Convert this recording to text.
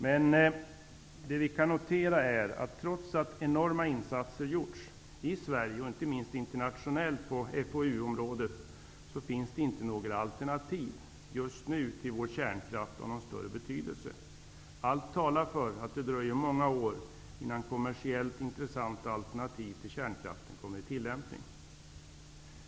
Men det vi kan notera är att det, trots att enorma insatser gjorts i Sverige och inte minst internationellt på FoU-området, just nu inte finns några alternativ av större betydelse till vår kärnkraft. Allt talar för att det dröjer många år innan kommersiellt intressanta alternativ till kärnkraften kommer i tillämpning.